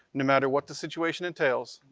no matter what the situation entails.